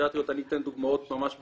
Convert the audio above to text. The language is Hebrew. אני אתן דוגמאות ממש בקטנה,